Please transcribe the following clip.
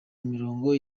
mirongo